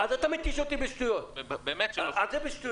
לסעיף 2